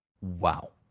Wow